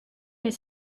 mais